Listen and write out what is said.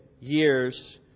years